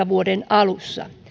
vuoden kaksituhattaviisitoista alussa